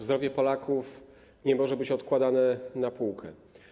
Zdrowie Polaków nie może być odkładane na półkę.